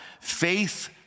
Faith